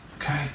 Okay